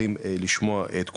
פתוחים לשמוע את כולם.